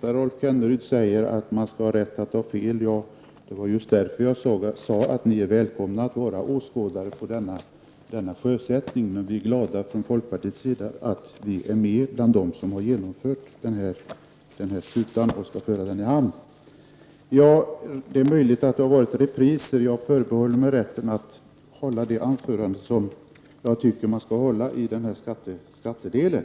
Rolf Kenneryd sade att man skall ha rätt att ha fel. Ja, det var just därför som jag sade att ni är välkomna att vara åskådare vid denna sjösättning. Vi är i folkpartiet glada att vi är med bland dem som har byggt skutan och skall föra den i hamn. Det är möjligt att det jag sade var en repris, men jag förbehåller mig rätten att hålla det anförande som jag tycker skall hållas i denna del av skattedebatten.